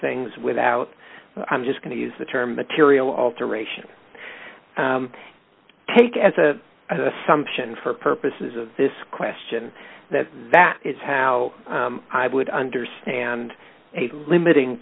things without i'm just going to use the term material alteration to take as a assumption for purposes of this question that that is how i would understand a limiting